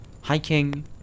hiking